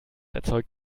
erzeugt